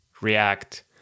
React